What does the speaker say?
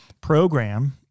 program